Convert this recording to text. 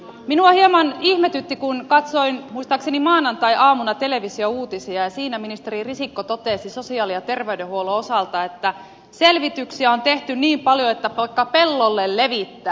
minua hieman ihmetytti kun katsoin muistaakseni maanantaiaamuna televisiouutisia ja siinä ministeri risikko totesi sosiaali ja terveydenhuollon osalta että selvityksiä on tehty niin paljon että vaikka pellolle levittää